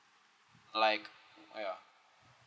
like oh ya